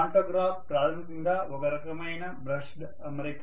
pantograph ప్రాథమికంగా ఒక రకమైన బ్రష్డ్ అమరిక